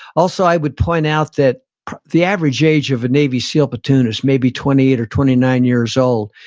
also, i would point out that the average age of a navy seal platoon is maybe twenty eight or twenty nine years old,